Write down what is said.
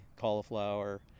cauliflower